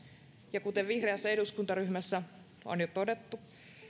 ja kuten vihreässä eduskuntaryhmässä on jo todettu